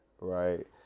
right